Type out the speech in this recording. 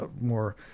more